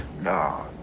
No